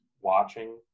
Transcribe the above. watching